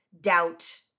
doubt